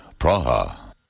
Praha